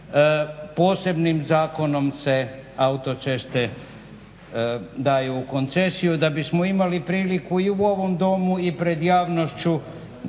posebnim zakonom se autoceste daju u koncesiju da bismo imali priliku i u ovom Domu i pred javnošću